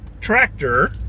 tractor